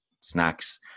snacks